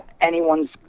anyone's